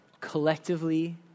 collectively